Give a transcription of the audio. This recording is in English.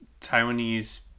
taiwanese